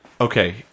Okay